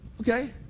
Okay